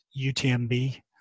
UTMB